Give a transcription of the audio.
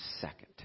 second